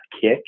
kick